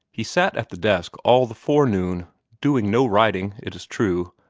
he sat at the desk all the forenoon, doing no writing, it is true,